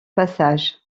passage